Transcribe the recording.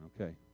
Okay